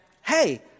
hey